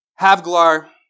Havglar